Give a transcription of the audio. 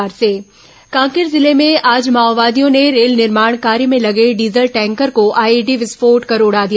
माओवादी विस्फोट हत्या कांकेर जिले में आज माओवादियों ने रेल निर्माण कार्य में लगे डीजल टैंकर को आईईडी विस्फोट कर उड़ा दिया